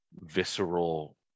visceral